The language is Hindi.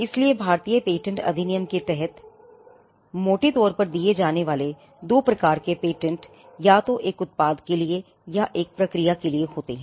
इसलिए भारतीय पेटेंट अधिनियम के तहत मोटे तौर पर दिए जाने वाले दो प्रकार के पेटेंट या तो एक उत्पाद के लिए या एक प्रक्रिया के लिए होते हैं